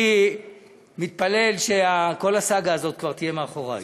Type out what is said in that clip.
אני מתפלל שכל הסאגה הזאת כבר תהיה מאחורי.